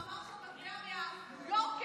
רק רציתי להגיד לך שהמאמר שאת מקריאה מהניו יורקר,